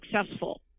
successful